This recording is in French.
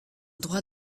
droit